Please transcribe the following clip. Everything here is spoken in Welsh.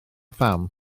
pham